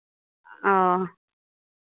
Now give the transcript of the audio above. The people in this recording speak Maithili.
ओ